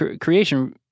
creation